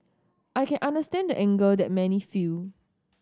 I can understand the anger that many feel